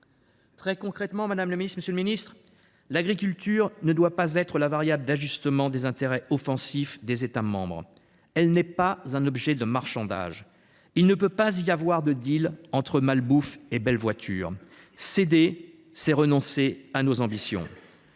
Très concrètement, madame la ministre, monsieur le ministre, l’agriculture ne doit pas être la variable d’ajustement des intérêts offensifs des États membres. Elle n’est pas un objet de marchandage. Il ne peut pas y avoir de entre malbouffe et belles voitures. Céder, c’est renoncer à nos ambitions.